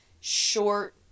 short